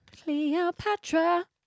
Cleopatra